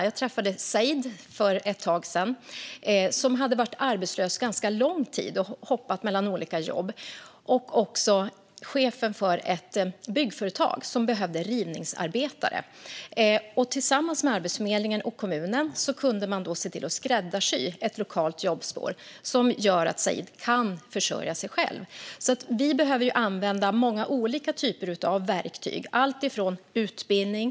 Jag träffade för ett tag sedan Said, som hade varit arbetslös ganska lång tid och hoppat mellan olika jobb, och chefen för ett byggföretag som behövde rivningsarbetare. Tillsammans med Arbetsförmedlingen och kommunen kunde man se till att skräddarsy ett lokalt jobbspår som gör att Said kan försörja sig själv. Vi behöver använda många olika typer av verktyg. Det behövs utbildning.